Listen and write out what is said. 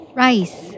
rice